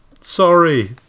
sorry